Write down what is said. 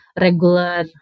regular